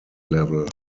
level